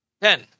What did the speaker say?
Ten